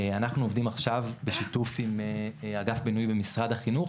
אנחנו עובדים עכשיו בשיתוף עם אגף בינוי במשרד החינוך,